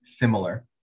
similar